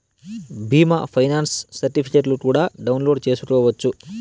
బీమా ఫైనాన్స్ సర్టిఫికెట్లు కూడా డౌన్లోడ్ చేసుకోవచ్చు